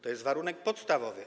To jest warunek podstawowy.